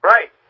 Right